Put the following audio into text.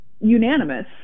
unanimous